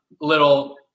little